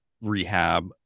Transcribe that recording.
rehab